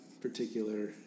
particular